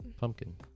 Pumpkin